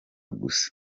gusa